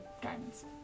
diamonds